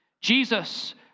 Jesus